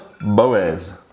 Boaz